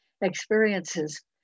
experiences